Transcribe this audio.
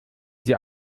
sie